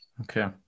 Okay